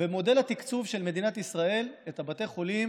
במודל התקצוב של מדינת ישראל לבתי החולים